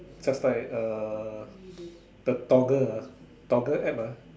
just like uh the Toggle ah Toggle App ah